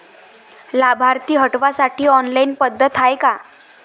लाभार्थी हटवासाठी ऑनलाईन पद्धत हाय का?